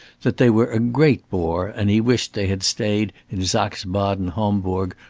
that they were a great bore and he wished they had stayed in saxe-baden-hombourg,